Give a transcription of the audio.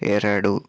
ಎರಡು